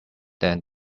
then